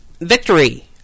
victory